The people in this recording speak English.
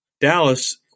Dallas